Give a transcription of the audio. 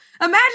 Imagine